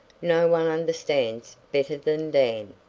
no one understands better than dan.